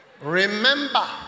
remember